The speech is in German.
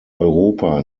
europa